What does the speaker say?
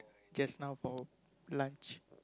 just now for lunch